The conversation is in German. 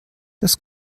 das